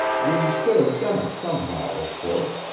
we should have done it somehow, of course,